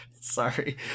Sorry